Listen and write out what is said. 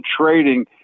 trading